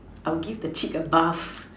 I would give the chick a bath